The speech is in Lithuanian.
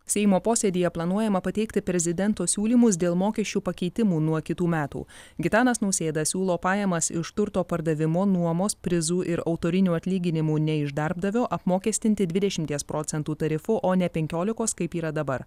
seimo posėdyje planuojama pateikti prezidento siūlymus dėl mokesčių pakeitimų nuo kitų metų gitanas nausėda siūlo pajamas iš turto pardavimo nuomos prizų ir autorinių atlyginimų ne iš darbdavio apmokestinti dvidešimties procentų tarifu o ne penkiolikos kaip yra dabar